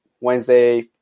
Wednesday